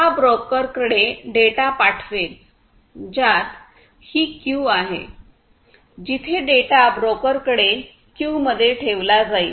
हा ब्रोकरकडे डेटा पाठवेल ज्यात ही क्यूआहे जिथे डेटा ब्रोकरकडे क्यू मध्ये ठेवला जाईल